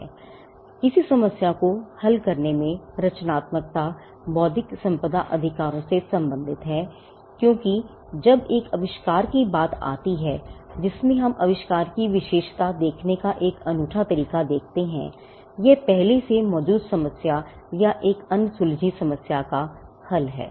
अब किसी समस्या को हल करने में रचनात्मकता बौद्धिक संपदा अधिकारों से सम्बंधित है क्योंकि जब एक आविष्कार की बात आती है जिसमें हम आविष्कार की विशेषता देखने का एक अनूठा तरीका है यह पहले से मौजूद समस्या या एक अनसुलझी समस्या का हल है